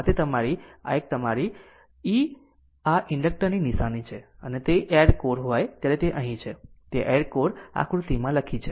આ તે તમારી આ એક તમારી e આ ઇન્ડક્ટર ની નિશાની છે જ્યારે તે એર કોર હોય ત્યારે તે અહીં છે તે એર કોર આકૃતિમાં લખી છે